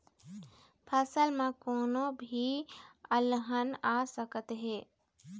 फसल म कोनो भी अलहन आ सकत हे